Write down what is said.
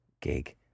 gig